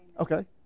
Okay